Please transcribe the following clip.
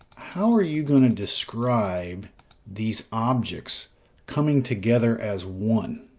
how are you going to describe these objects coming together as one?